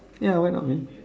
ya why not man